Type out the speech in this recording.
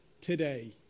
today